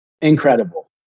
Incredible